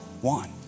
one